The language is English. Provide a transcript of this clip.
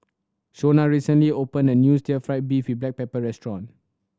Shonna recently opened a new still fried beef with black pepper restaurant